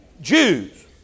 Jews